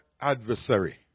adversary